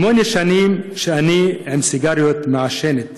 שמונה שנים שאני מעשנת סיגריות,